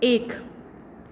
एक